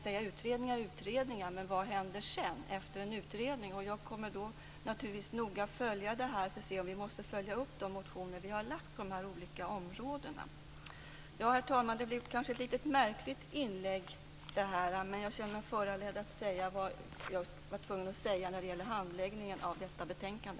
Ja, utredningar och utredningar. Men vad händer därefter? Jag kommer att noga följa detta för att se om det är nödvändigt att följa upp de motioner som väckts på de olika områdena. Herr talman! Mitt inlägg blev kanske litet märkligt men jag kände mig föranledd att säga vad jag här har sagt när det gäller handläggningen av detta betänkande.